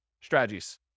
strategies